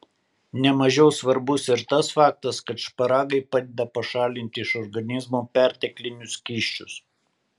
ne mažiau svarbus ir tas faktas kad šparagai padeda pašalinti iš organizmo perteklinius skysčius